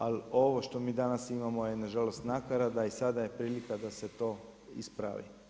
Ali ovo što mi danas imamo je nažalost nakarada i sada je prilika da se to ispravi.